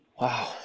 Wow